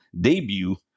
debut